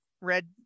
red